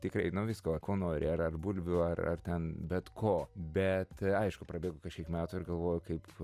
tikrai nu visko ko nori ar ar bulvių ar ar ten bet ko bet aišku prabėgo kažkiek metų ir galvoju kaip